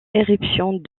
éruptions